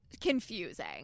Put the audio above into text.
confusing